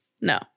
No